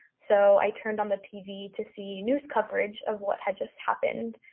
so i turned on the tv to see news coverage of what had just happened.